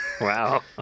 Wow